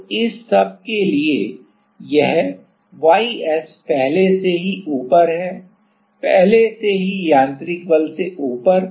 तो इस सब के लिए यह ys पहले से ही ऊपर है पहले से ही यांत्रिक बल से ऊपर